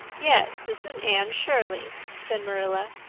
yes, this is anne shirley, said marilla.